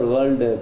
World